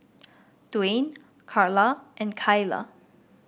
Dwain Carla and Kaila